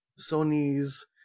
Sony's